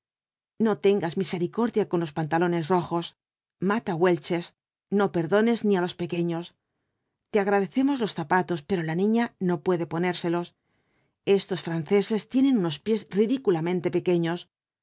no tengas misericordia con los pantalones rojos mata welches no perdones ni á los pequeños te agradecemos los zapatos pero la niña no puede ponérselos esos franceses tienen unos pies ridiculamente pequeños